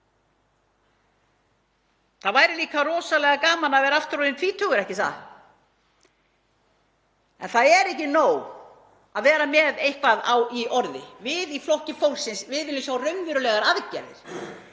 Það væri líka rosalega gaman að vera aftur orðinn tvítugur, ekki satt? En það er ekki nóg að vera með eitthvað í orði. Við í Flokki fólksins viljum sjá raunverulegar aðgerðir.